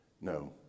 no